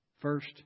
First